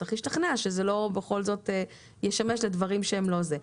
צריך להשתכנע שזה לא בכל זאת ישמש לדברים שהם לא זה.